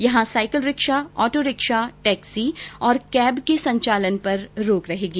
यहां cycle rickshaw autorickshaw taxi और cab के संचालन पर रोक रहेगी